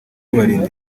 kubarinda